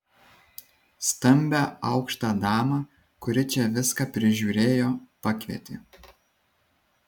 stambią aukštą damą kuri čia viską prižiūrėjo pakvietė